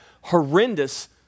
horrendous